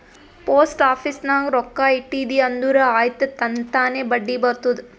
post office ನಾಗ್ ರೊಕ್ಕಾ ಇಟ್ಟಿದಿ ಅಂದುರ್ ಆಯ್ತ್ ತನ್ತಾನೇ ಬಡ್ಡಿ ಬರ್ತುದ್